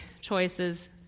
choices